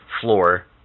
floor